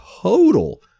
total